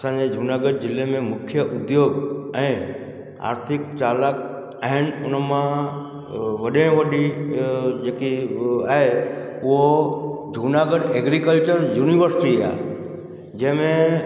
असांजे जूनागढ़ ज़िले में मुख्य उद्योग ऐं आर्थिक चालक आहिनि उन मां वॾे वॾी जेकी आहे उहो जूनागढ़ एग्रीकल्चर यूनिवर्सिटी आहे जंहिंमें